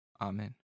amen